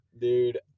dude